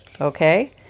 okay